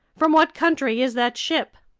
from what country is that ship?